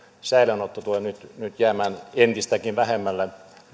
säilöönotto tulee nyt jäämään entistäkin vähemmälle